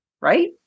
right